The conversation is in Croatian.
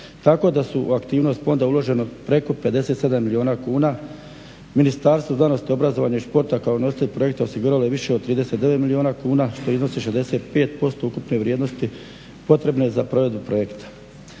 Tako da su u aktivnost fonda uloženo preko 57 milijuna kuna. Ministarstvo znanosti, obrazovanja i sporta kao nositelj projekta osiguralo je više od 39 milijuna kuna što iznosi 65% ukupne vrijednosti potrebne za provedbu projekta